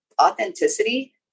authenticity